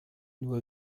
nur